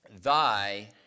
thy